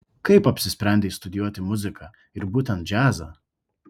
kaip apsisprendei studijuoti muziką ir būtent džiazą